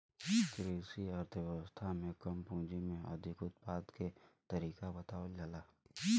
कृषि अर्थशास्त्र में कम पूंजी में अधिक उत्पादन के तरीका बतावल जाला